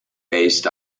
based